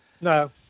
No